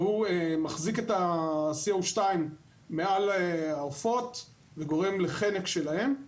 והוא מחזיק אותו מעל העופות וגורם לחנק שלהם.